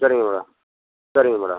சரிங்க மேடம் சரிங்க மேடம்